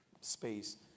space